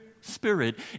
Spirit